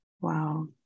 Wow